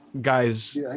guys